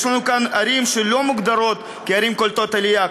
יש כאן ערים שלא מוגדרות כערים קולטות עלייה,